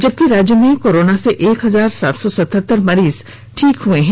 जबकि राज्य में कोरोना से एक हजार सात सौ सतहत्तर मरीज ठीक भी हुए हैं